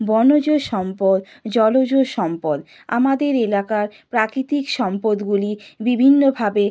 বনজ সম্পদ জলজ সম্পদ আমাদের এলাকার প্রাকৃতিক সম্পদগুলি বিভিন্নভাবে